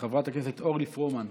חברת הכנסת אורלי פרומן,